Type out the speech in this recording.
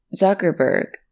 Zuckerberg